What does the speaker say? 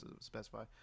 specify